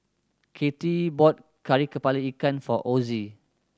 Katie bought Kari Kepala Ikan for Ossie